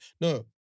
No